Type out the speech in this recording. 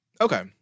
Okay